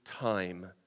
time